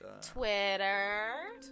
Twitter